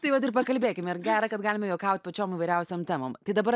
tai vat ir pakalbėkime ir gera kad galima juokaut pačiom įvairiausiom temom tai dabar